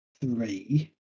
three